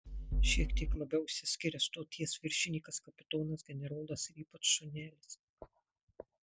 šiek tiek labiau išsiskiria stoties viršininkas kapitonas generolas ir ypač šunelis